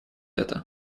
это